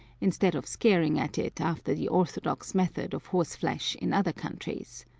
instead of scaring at it after the orthodox method of horse-flesh in other countries.